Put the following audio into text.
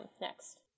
next